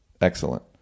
excellent